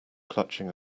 clutching